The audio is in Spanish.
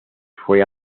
fue